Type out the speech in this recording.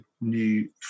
new